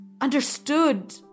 understood